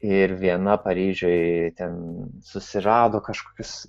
ir viena paryžiuj ten susirado kažkokius